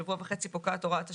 שבוע וחצי פוקעת הוראת השעה,